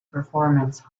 performance